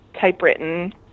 typewritten